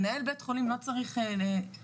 מנהל בי"ח לא צריך להחליט,